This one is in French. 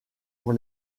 sur